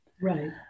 Right